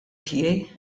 tiegħi